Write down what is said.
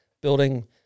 building